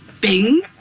Bing